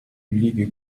ligues